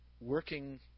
working